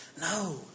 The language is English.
No